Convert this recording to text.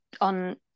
on